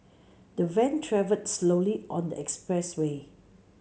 the van travelled slowly on the expressway